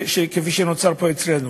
כפי שנוצר פה אצלנו.